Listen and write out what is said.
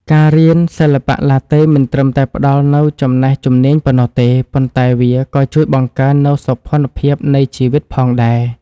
ការរៀនសិល្បៈឡាតេមិនត្រឹមតែផ្តល់នូវចំណេះជំនាញប៉ុណ្ណោះទេ ប៉ុន្តែវាក៏ជួយបង្កើននូវសោភ័ណភាពនៃជីវិតផងដែរ។